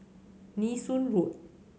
Nee Soon Road